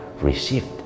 received